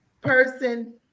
person